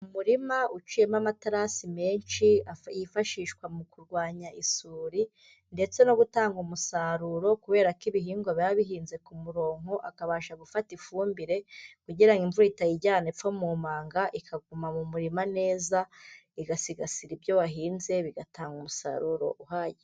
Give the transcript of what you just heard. Umuririma uciyemo amaterasi menshi yifashishwa mu kurwanya isuri ndetse no gutanga umusaruro kubera ko ibihingwa biba bihinze ku muronko akabasha gufata ifumbire kugira imvura itayijyana ipfo mu manga ikaguma mu murima neza igasigasira ibyo wahinze bigatanga umusaruro uhagije.